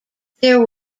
there